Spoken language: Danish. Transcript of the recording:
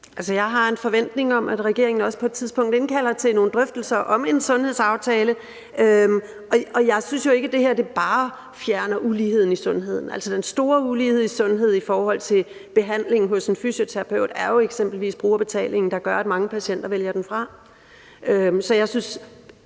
jeg har en forventning om, at regeringen også på et tidspunkt indkalder til nogle drøftelser om en sundhedsaftale. Og jeg synes jo ikke, det her bare fjerner uligheden i sundheden. Altså, den store ulighed i sundhed i forhold til behandling hos en fysioterapeut er jo eksempelvis brugerbetalingen, der gør, at mange patienter vælger den fra.